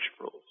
rules